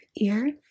ear